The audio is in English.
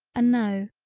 a no,